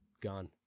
gone